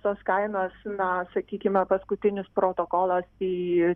tos kainos na sakykime paskutinis protokolas į